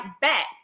back